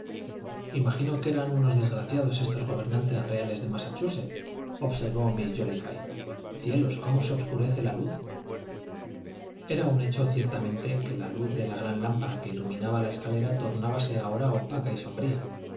imagino que eran unos desgraciados estos gobernadores reales de massachusetts observó miss jóliffe cielos cómo se obscurece la luz era un hecho ciertamente que la luz de la gran lámpara que iluminaba la escalera tornábase ahora opaca y sombría